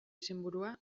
izenburua